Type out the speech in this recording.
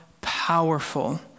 powerful